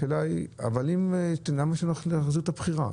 השאלה היא למה להחזיר את הבחירה.